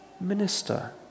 minister